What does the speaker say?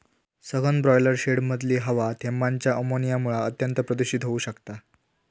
सघन ब्रॉयलर शेडमधली हवा थेंबांच्या अमोनियामुळा अत्यंत प्रदुषित होउ शकता